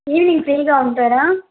evening ఫ్రీగా ఉంటారా